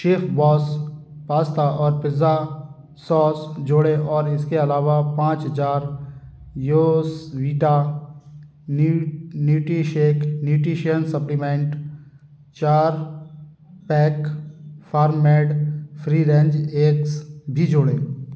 chef boss pasta और pizza sauce जोड़ें और इसके अलावा पाँच जार योस्वीटा न्यू न्यूटिशेक न्यूट्रिशन सप्लीमेंट चार pack farm made free range eggs भी जोड़ें